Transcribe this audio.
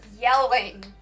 yelling